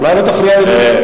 אולי לא תפריע לי?